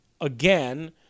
again